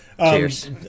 cheers